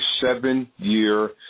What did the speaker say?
seven-year